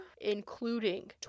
including